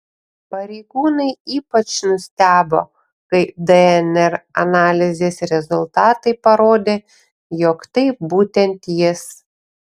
pareigūnai ypač nustebo kai dnr analizės rezultatai parodė jog tai būtent jis